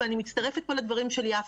ואני מצטרפת פה לדברים של יפה.